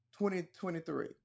2023